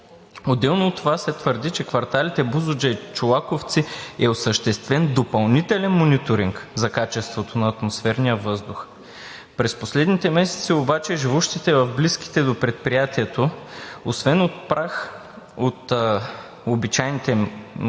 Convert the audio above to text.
Отделно от това се твърди, че в кварталите „Бузлуджа“ и „Чолаковци“ е осъществен допълнителен мониторинг за качеството на атмосферния въздух. През последните месеци обаче живущите в близките до предприятието квартали, освен от прах от обичайните транспорт